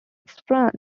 france